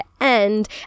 end